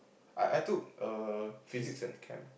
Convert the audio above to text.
I I took err Physics and Chem